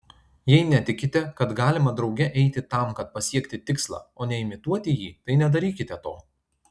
jei netikite kad galima drauge eiti tam kad pasiekti tikslą o ne imituoti jį tai nedarykite to